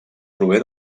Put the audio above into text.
prové